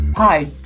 Hi